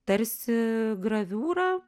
tarsi graviūra